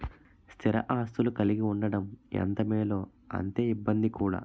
స్థిర ఆస్తులు కలిగి ఉండడం ఎంత మేలో అంతే ఇబ్బంది కూడా